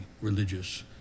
religious